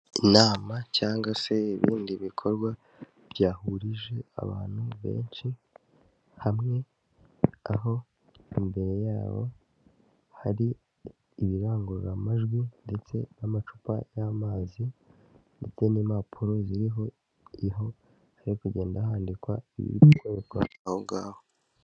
Inama cyangwa se ibindi bikorwa byahurije abantu benshi hamwe, aho imbere yabo hari ibirangururamajwi ndetse n'amacupa y'amazi, ndetse n'impapuro zirihoho hari kugenda handikwa ibikorerwa aho ngaho.